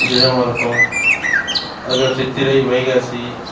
விசேஷமாக இருக்கும் அதுக்கடுத்து சித்திரை வைகாசி